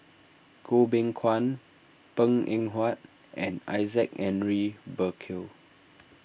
Goh Beng Kwan Png Eng Huat and Isaac Henry Burkill